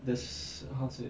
that's how to say